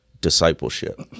discipleship